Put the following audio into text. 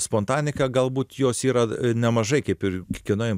spontaniška galbūt jos yra nemažai kaip ir kiekvienoj